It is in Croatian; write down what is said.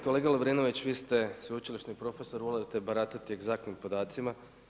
Kolega Lovrinović, vi ste sveučilišni profesor volite baratati egzaktnim podacima.